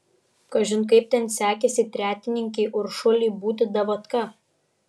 kažin kaip ten sekėsi tretininkei uršulei būti davatka